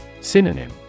Synonym